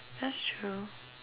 that's true